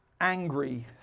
angry